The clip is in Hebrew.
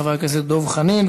חבר הכנסת דב חנין,